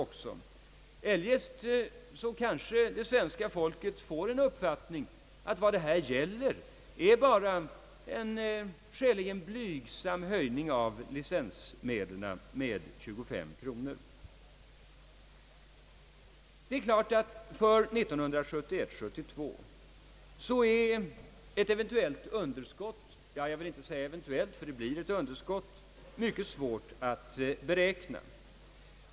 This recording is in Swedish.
Eljest kanske svenska folket får uppfattningen att vad det här gäller bara är en skäligen blygsam höjning av licensmedlen med 25 kronor. Det är klart att för 1971/72 är ett eventuellt underskott — jag kanske inte skall säga »ett eventuellt», ty det blir ett underskott — mycket svårt att beräkna.